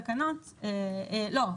סליחה,